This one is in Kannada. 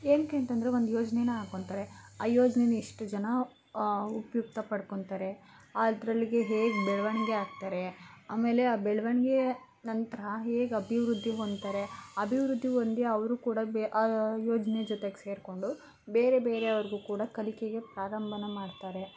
ಏನಕ್ಕೆ ಅಂತಂದರೆ ಒಂದು ಯೋಜನೆ ಆಕೊಂತರೆ ಆ ಯೋಜನೆ ಎಷ್ಟು ಜನ ಉಪಯುಕ್ತ ಪಡ್ಕೊಂತಾರೆ ಅದರೊಳ್ಗೆ ಹೇಗೆ ಬೆಳವಣ್ಗೆ ಆಗ್ತರೆ ಆಮೇಲೆ ಆ ಬೆಳವಣ್ಗೆ ನಂತರ ಹೇಗೆ ಅಭಿವೃದ್ದಿ ಹೊಂದ್ತರೆ ಅಭಿವೃದ್ದಿ ಹೊಂದಿ ಅವರು ಕೂಡ ಬೆ ಆ ಯೋಜನೆ ಜೊತೆಗೆ ಸೇರಿಕೊಂಡು ಬೇರೆ ಬೇರೆಯವ್ರಿಗು ಕೂಡ ಕಲಿಕೆಗೆ ಪ್ರಾರಂಭ ಮಾಡ್ತಾರೆ